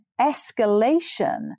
escalation